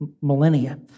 millennia